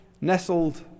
nestled